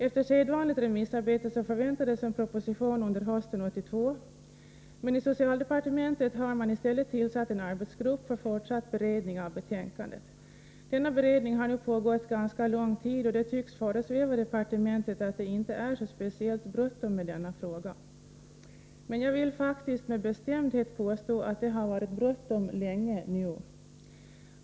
Efter sedvanligt remissarbete förväntades en proposition under hösten 1982, men i socialdepartementet har man i stället tillsatt en arbetsgrupp för fortsatt beredning av betänkandet. Denna beredning har nu pågått ganska lång tid, och det tycks föresväva departementet att det inte är speciellt bråttom med denna fråga. Men jag vill faktiskt med bestämdhet påstå att det har varit bråttom länge nu.